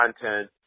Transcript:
content